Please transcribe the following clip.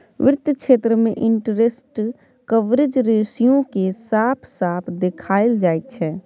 वित्त क्षेत्र मे इंटरेस्ट कवरेज रेशियो केँ साफ साफ देखाएल जाइ छै